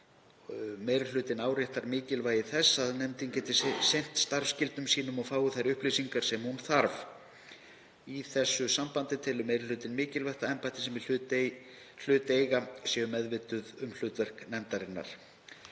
Meiri hlutinn áréttar mikilvægi þess að nefndin geti sinnt starfsskyldum sínum og fái þær upplýsingar sem hún þarf. Í þessu samhengi telur meiri hlutinn mikilvægt að embættin sem í hlut eiga séu meðvituð um hlutverk nefndarinnar.“